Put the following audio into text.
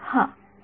हा नाही